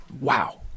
wow